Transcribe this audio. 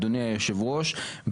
אדוני היושב ראש,